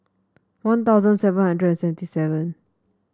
One Thousand seven hundred and seventy seven